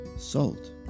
SALT